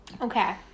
okay